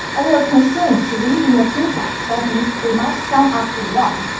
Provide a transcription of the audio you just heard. but they are constrained to live in a simplex. that means they must sum up to one.